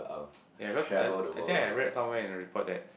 ya because I I think I read somewhere in the report that